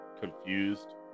confused